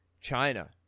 China